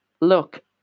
look